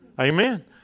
Amen